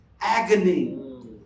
agony